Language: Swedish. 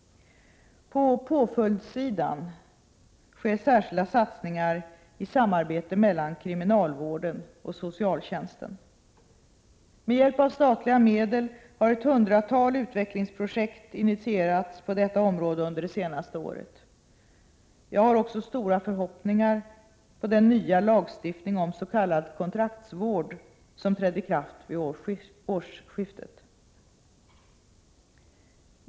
På påföljdssidan sker särskilda satsningar i samarbete mellan kriminalvården och socialtjänsten. Med hjälp av statliga medel har ett hundratal utvecklingsprojekt initierats inom detta område under det senaste året. Jag har också stora förhoppningar på den nya lagstiftning om s.k. kontraktsvård som trädde i kraft vid årsskiftet.